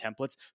templates